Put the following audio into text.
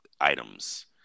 items